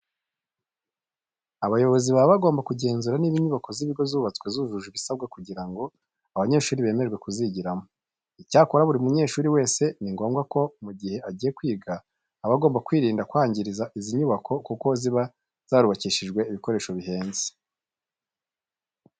Abayobozi baba bagomba kugenzura niba inyubako z'ibigo zubatswe zujuje ibisabwa kugira ngo abanyeshuri bemererwe kuzigiramo. Icyakora buri munyeshuri wese ni ngombwa ko mu gihe agiye kwiga aba agomba kwirinda kwangiza izi nyubako kuko ziba zarubakishijwe ibikoresho bihenze.